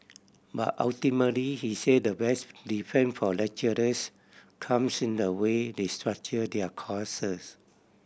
but ultimately he said the best defence for lecturers comes in the way they structure their courses